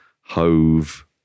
Hove